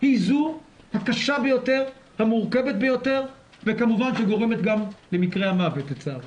היא זו הקשה ביותר המורכבת ביותר וכמובן שגורמת גם למקרי המוות לצערי.